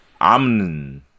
Amn